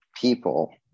people